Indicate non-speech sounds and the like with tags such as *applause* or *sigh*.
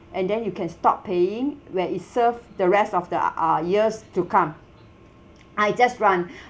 and then you can stop paying where it served the rest of the uh years to come I just run *breath*